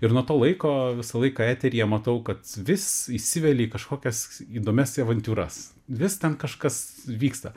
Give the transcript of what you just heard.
ir nuo to laiko visą laiką eteryje matau kad vis įsiveli į kažkokias įdomias avantiūras vis ten kažkas vyksta